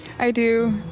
i do.